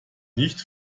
nicht